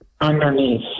underneath